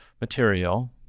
material